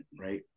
right